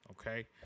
Okay